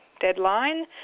deadline